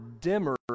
dimmer